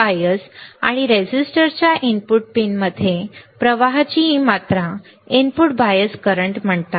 bias आणि रेझिस्टरच्या input पिनमध्ये प्रवाहाची ही मात्रा इनपुट बायस करंट्स म्हणतात